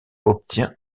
obtient